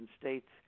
states